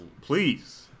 Please